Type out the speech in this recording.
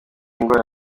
ingwara